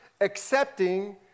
accepting